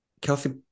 Kelsey